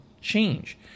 change